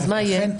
אז מה יהיה?